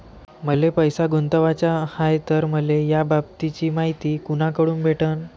मले पैसा गुंतवाचा हाय तर मले याबाबतीची मायती कुनाकडून भेटन?